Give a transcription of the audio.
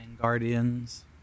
guardians